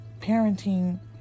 parenting